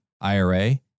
IRA